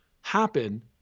happen